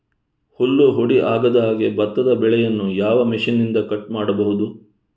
ಹುಲ್ಲು ಹುಡಿ ಆಗದಹಾಗೆ ಭತ್ತದ ಬೆಳೆಯನ್ನು ಯಾವ ಮಿಷನ್ನಿಂದ ಕಟ್ ಮಾಡಬಹುದು?